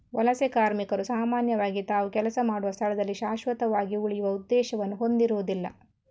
ವಲಸೆ ಕಾರ್ಮಿಕರು ಸಾಮಾನ್ಯವಾಗಿ ತಾವು ಕೆಲಸ ಮಾಡುವ ಸ್ಥಳದಲ್ಲಿ ಶಾಶ್ವತವಾಗಿ ಉಳಿಯುವ ಉದ್ದೇಶವನ್ನು ಹೊಂದಿರುದಿಲ್ಲ